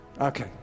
Okay